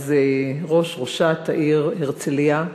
אז ראש-ראשת העיר הרצלייה,